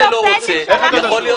יכול להיות